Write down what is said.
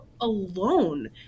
alone